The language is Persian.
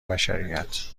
بشریت